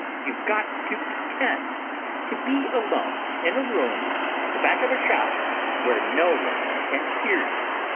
you've got to pre tend to be alone in a room at the back of a shop where no one can hear you.